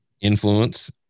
Influence